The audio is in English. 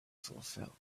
fulfill